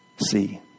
see